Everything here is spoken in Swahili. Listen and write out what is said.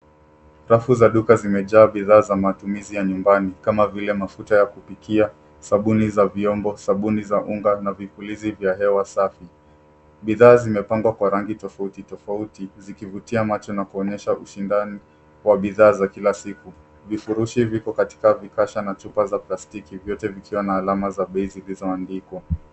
Rafu za duka zimejaa bidhaa za matumizi ya nyumbani, kama vile makopo ya kupikia, sabuni za vyombo, sabuni za kuogea na vipulizi vya hewa safi. Bidhaa zimepambwa kwa rangi tofauti tofauti, zikivutia macho na kuonyesha ushindani wa bidhaa za kila siku. Vifurushi viko kwenye vikasha na chupa za plastiki, vyote vikiwa na alama za bei zilizoandikwa.